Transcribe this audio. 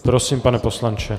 Prosím, pane poslanče.